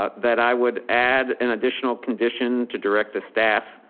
ah that i would add an additional condition to direct the staff